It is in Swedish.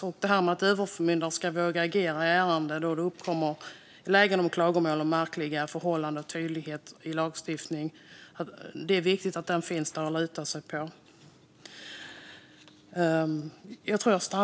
Detta gäller särskilt att överförmyndaren ska våga agera i ärenden när det uppkommer klagomål om märkliga förhållanden och i frågor om tydlighet i lagstiftningen. Det är viktigt att det går att luta sig mot lagen.